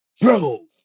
bro